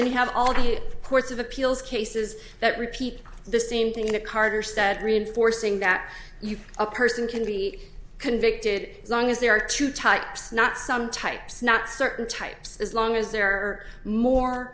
then you have all the courts of appeals cases that repeat the same thing in a carter said reinforcing that you a person can be convicted as long as there are two types not some types not certain types as long as there are more